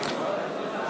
לשאלה),